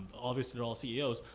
obviously they're all ceos,